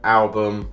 album